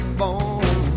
born